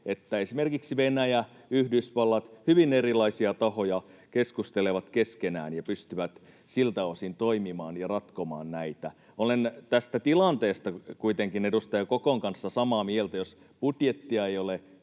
että esimerkiksi Venäjä, Yhdysvallat, hyvin erilaisia tahoja, keskustelevat keskenään ja pystyvät siltä osin toimimaan ja ratkomaan näitä. Olen tästä tilanteesta kuitenkin edustaja Kokon kanssa samaa mieltä — kolmea